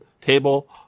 table